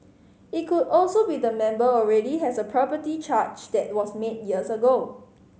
it could also be the member already has a property charge that was made years ago